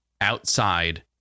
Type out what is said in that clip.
outside